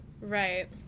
Right